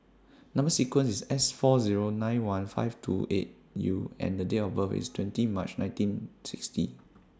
Number sequence IS S four Zero nine one five two eight U and The Date of birth IS twenty March nineteen sixty